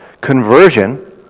Conversion